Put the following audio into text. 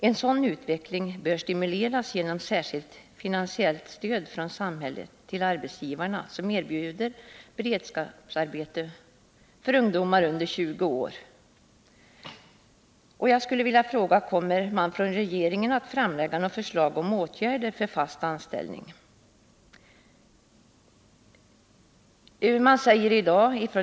En sådan utveckling bör stimuleras genom särskilt finansiellt stöd från samhället till arbetsgivare som erbjuder beredskapsarbetande ungdomar under 20 år fast anställning. Kommer regeringen att framlägga något förslag om åtgärder för att ge ungdomar i beredskapsarbete fast anställning?